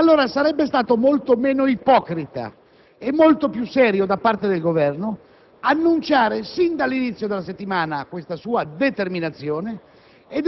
Sarebbe stato molto meno ipocrita e molto più serio da parte del Governo annunciare sin dall'inizio della settimana questa sua determinazione,